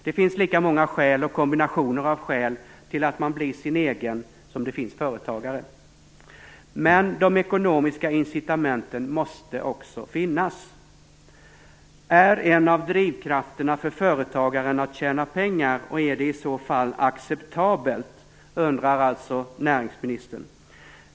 Det finns nog lika många skäl - och kombinationer av skäl - till att man bli sin egen som det finns företagare. Men de ekonomiska incitamenten måste också finnas. Är en av drivkrafterna för företagaren att tjäna pengar - och är det i så fall acceptabelt? undrar alltså näringsministern.